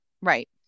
Right